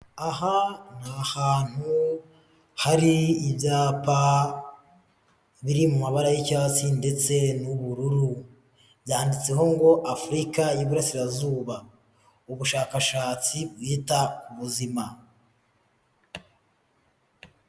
Aha ni hantu hari ibyapa biri mu mabara y'icyatsi ndetse n'ubururu. Yanditseho ngo Afurika y'Iburasirazuba. Ubushakashatsi bwita ku buzima.